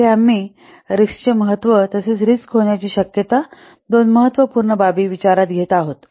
येथे आम्ही रिस्कचे महत्त्व तसेच रिस्क होण्याची शक्यता होण्याची दोन महत्त्वपूर्ण बाबी विचारात घेत आहोत